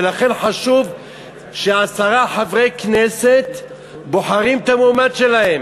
ולכן חשוב שעשרה חברי כנסת בוחרים את המועמד שלהם.